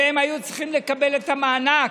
שהיו צריכים לקבל את המענק,